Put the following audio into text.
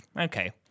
okay